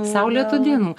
saulėtų dienų